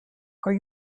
are